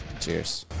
Cheers